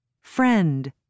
Friend